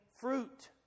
fruit